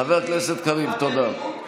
חבר הכנסת קריב, תודה רבה.